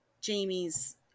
jamie's